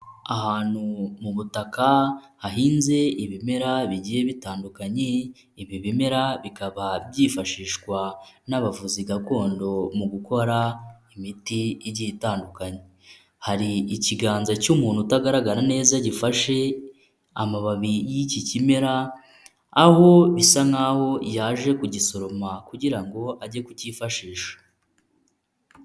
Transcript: Ahantu mu butaka hahinze ibimera bigiye bitandukanye, ibi bimera bikaba byifashishwa n'abavuzi gakondo mu gukora imiti igiye itandukanye; hari ikiganza cy'umuntu utagaragara neza gifashe amababi y'iki kimera, aho bisa nk'aho yaje kugisoroma kugira ngo ajye kukifashisha.